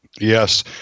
Yes